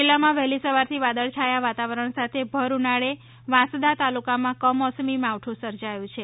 જિલ્લામાં વહેલી સવારથી વાદળછાયા વાતાવરણ સાથે ભર ઉનાળે વાંસદા તાલુકામાં કમોસમી માવઠું સર્જાયું છે